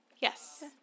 Yes